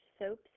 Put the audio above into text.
soaps